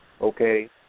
Okay